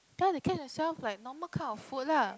ya they catch them self like normal kind of food lah